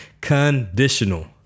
Conditional